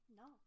no